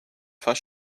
fait